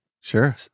Sure